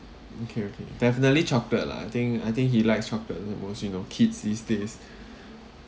okay okay definitely chocolate lah I think I think he like chocolate the most you know kids these days